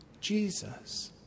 Jesus